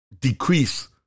decrease